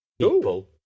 people